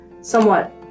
somewhat